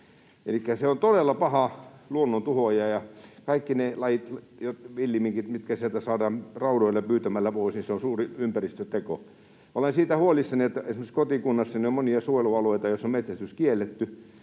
se on todella paha luonnon tuhoaja, ja kaikki ne villiminkit, mitkä sieltä saadaan raudoilla pyytämällä pois... Se on suuri ympäristöteko. Olen siitä huolissani, että esimerkiksi kotikunnassani on monia suojelualueita, joilla on metsästys kielletty,